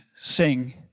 Sing